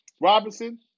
Robinson